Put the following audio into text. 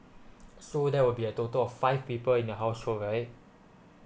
so there will be a total of five people in your household right